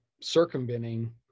circumventing